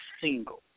single